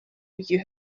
you